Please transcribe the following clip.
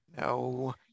no